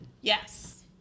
Yes